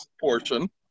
portion